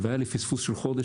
והיה לי פספוס של חודש,